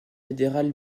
fédérale